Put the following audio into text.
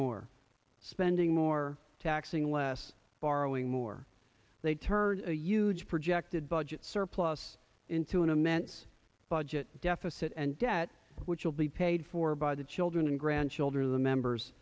more spending more taxing less borrowing more they turned a huge projected budget surplus into an immense budget deficit and debt which will be paid for by the children and grandchildren of the members